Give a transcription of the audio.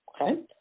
okay